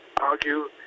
argue